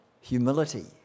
humility